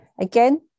Again